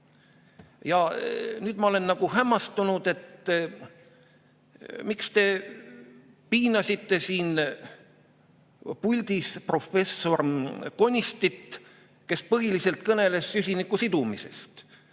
Ja nüüd ma olen hämmastunud. Miks te piinasite siin puldis professor Konistit, kes põhiliselt kõneles süsiniku sidumisest?